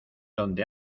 donde